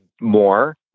more